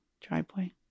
driveway